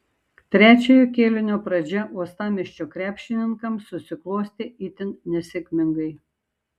trečiojo kėlinio pradžia uostamiesčio krepšininkams susiklostė itin nesėkmingai